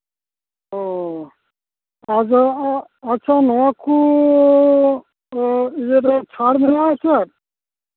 ᱚ ᱟᱫᱚ ᱟᱪᱪᱷᱟ ᱱᱚᱣᱟ ᱠᱚ ᱤᱭᱟᱹ ᱨᱮ ᱪᱷᱟᱲ ᱢᱮᱱᱟᱜᱼᱟ ᱪᱮᱫ